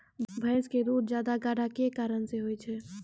भैंस के दूध ज्यादा गाढ़ा के कि कारण से होय छै?